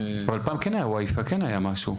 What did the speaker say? אבל פעם כן היה wifi, כן היה משהו.